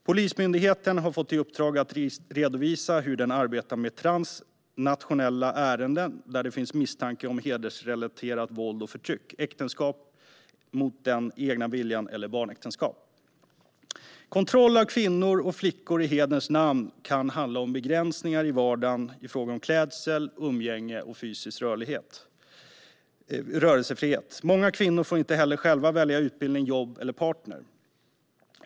Polismyndigheten har fått i uppdrag att redovisa hur den arbetar med transnationella ärenden där det finns misstanke om hedersrelaterat våld och förtryck, äktenskap mot den egna viljan eller barnäktenskap. Kontroll av kvinnor och flickor i hederns namn kan handla om begränsningar i vardagen i fråga om klädsel, umgänge och fysisk rörelsefrihet. Många kvinnor får inte heller själva välja utbildning, jobb eller partner.